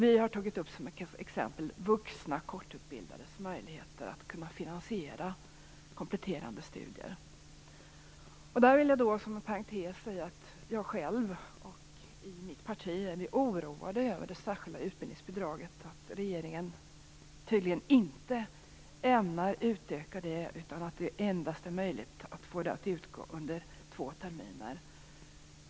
Vi har som exempel tagit vuxna korttidsutbildades möjligheter att finansiera kompletterande studier. Där vill jag som en parentes säga att jag själv och andra i mitt parti är oroade över att regeringen tydligen inte ämnar utöka det särskilda utbildningsbidraget. Det är endast möjligt att få detta att utgå under två terminer.